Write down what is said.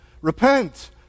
Repent